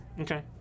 Okay